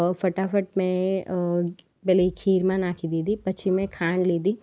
ફટાફટ મેં પેલી ખીરમાં નાખી દીધી પછી મેં ખાંડ લીધી